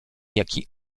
jaki